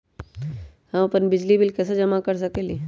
हम अपन बिजली बिल कैसे जमा कर सकेली?